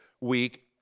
week